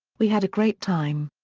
we had a great time.